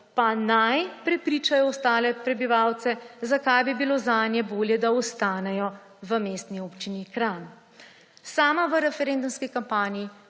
pa naj prepričajo ostale prebivalce, zakaj bi bilo zanje bolje, da ostanejo v Mestni občini Kranj. Sama v referendumski kampanji